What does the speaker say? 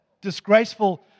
disgraceful